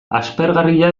aspergarria